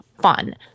fun